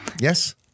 Yes